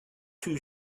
too